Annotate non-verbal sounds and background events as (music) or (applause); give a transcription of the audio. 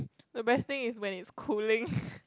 the best thing is when it's cooling (laughs)